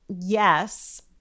Yes